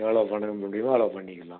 எவ்வளோவு பண்ண முடியுமோ அவ்வளோவு பண்ணிக்கலாம்